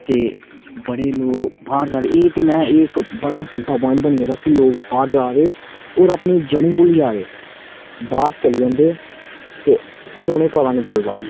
ते बड़े लोग बाहर जा दे एह् ते मैहां एह् एक्क बड़ा बड्डा प्वाइंट बनी गेदा की लोग बाहर जा दे और अपनी जड़ें गी भुल्ली जा दे बाहर चली जंदे ते फेर उनेंगी पता नेई चलदा